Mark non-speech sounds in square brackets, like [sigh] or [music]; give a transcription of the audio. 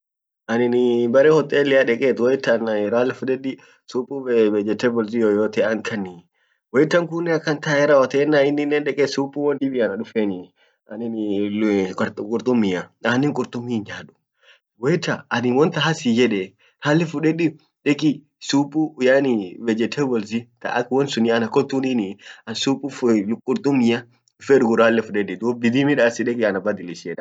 anin [hesitation] bare hotelia deket waitan fuledi supu vegetabalsi yoyote ant kanni waitan kunen akan tae rawotet inninen deke supu won dibia ana dufenii anin [hesitation] kurtummia anen kurtummi hin nyaduu waita anin wontan hasin yede rale fudedi deki supu yaani vegetabalsi taak wonsuni ana kotunii an supu lii kurtummia hinfeduu ralle fudedi dub bidii midasi deki ana badilishi.